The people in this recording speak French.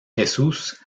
jesús